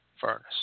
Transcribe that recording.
furnace